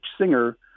singer